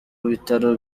bitaro